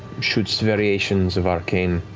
shoots variations of arcane